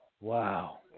Wow